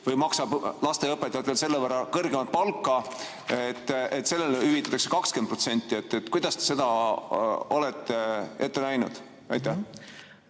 või maksab lasteaiaõpetajatele selle võrra kõrgemat palka, hüvitatakse 20%? Kuidas te seda olete ette näinud? Aitäh!